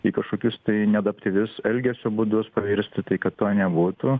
į kažkokius tai neadaptyvius elgesio būdus pavirstų tai kad to nebūtų